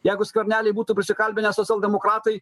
jeigu skvernelį būtų prisikalbinę socialdemokratai